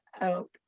out